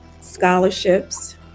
scholarships